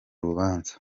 rubanza